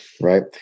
Right